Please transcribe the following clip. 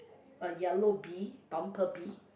a yellow bee bumblebee